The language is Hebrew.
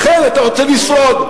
לכן אתה רוצה לשרוד.